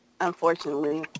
Unfortunately